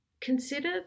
consider